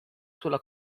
sulla